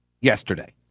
yesterday